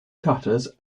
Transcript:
cutters